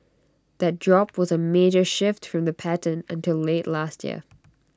that drop was A major shift from the pattern until late last year